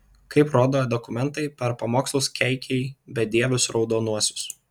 kaip rodo dokumentai per pamokslus keikei bedievius raudonuosius